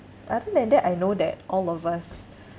other than that I know that all of us